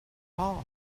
who